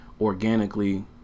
organically